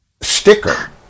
sticker